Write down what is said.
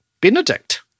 Benedict